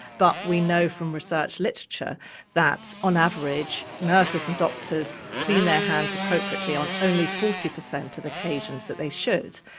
but we know from research literature that on average nurses and doctors clean their hands appropriately on only forty percent of occasions that they should.